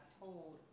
told